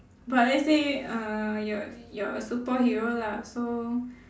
but let's say uh you're you're a superhero lah so